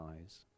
eyes